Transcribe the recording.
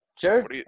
Sure